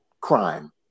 crime